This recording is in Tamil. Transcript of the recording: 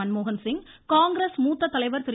மன்மோகன்சிங் காங்கிரஸ் மூத்த தலைவர்கள் திரு